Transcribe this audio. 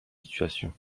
situation